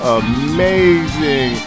amazing